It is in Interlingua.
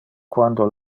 quando